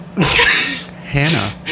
Hannah